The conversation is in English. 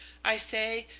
i say,